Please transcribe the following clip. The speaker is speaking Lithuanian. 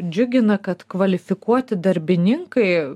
džiugina kad kvalifikuoti darbininkai